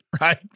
right